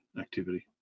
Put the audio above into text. activity